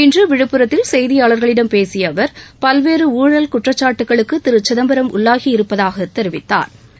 இன்று விழுப்புரத்தில் செய்தியாளர்களிடம் பேசிய அவர் பல்வேறு ஊழல் குற்றச்சாட்டுக்களுக்கு திரு சிதம்பரம் உள்ளாகியிருப்பதாகத் தெரிவித்தாா்